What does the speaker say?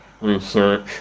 research